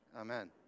Amen